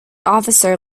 officer